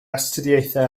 astudiaethau